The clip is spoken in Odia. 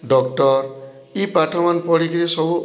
ଡ଼କ୍ଟର୍ ଇ ପାଠମାନେ ପଢ଼ିକିରି ସବୁ